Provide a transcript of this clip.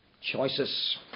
choices